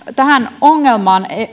tähän ongelmaan